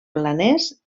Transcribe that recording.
planers